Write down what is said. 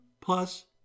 plus